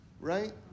right